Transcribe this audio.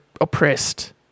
oppressed